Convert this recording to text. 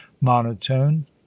monotone